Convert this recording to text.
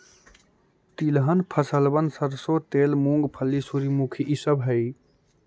तिलहन फसलबन सरसों तेल, मूंगफली, सूर्यमुखी ई सब हई